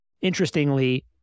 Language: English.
Interestingly